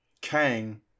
Kang